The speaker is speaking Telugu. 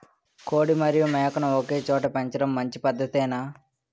కోడి మరియు మేక ను ఒకేచోట పెంచడం మంచి పద్ధతేనా?